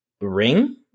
ring